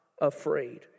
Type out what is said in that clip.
afraid